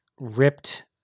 ripped